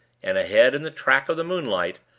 and ahead, in the track of the moonlight,